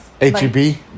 H-E-B